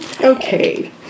Okay